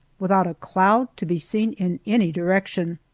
without a cloud to be seen in any direction.